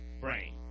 brain